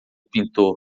pintor